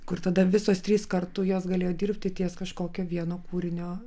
kur tada visos trys kartu jos galėjo dirbti ties kažkokio vieno kūrinio